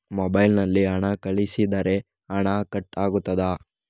Mobile ನಲ್ಲಿ ಹಣ ಕಳುಹಿಸಿದರೆ ಹಣ ಕಟ್ ಆಗುತ್ತದಾ?